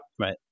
Right